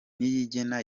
niyigena